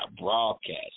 broadcast